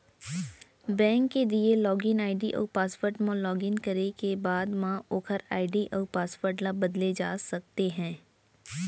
bank के दिए login ID अउ पासवर्ड म लॉगिन करे के बाद म ओकर आईडी अउ पासवर्ड ल बदले जा सकते हे